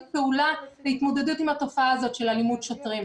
פעולה להתמודדות עם התופעה הזאת של אלימות שוטרים.